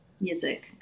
music